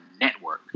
network